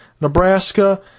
Nebraska